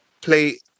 play